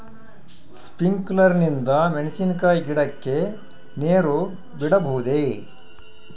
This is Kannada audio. ಸ್ಪಿಂಕ್ಯುಲರ್ ನಿಂದ ಮೆಣಸಿನಕಾಯಿ ಗಿಡಕ್ಕೆ ನೇರು ಬಿಡಬಹುದೆ?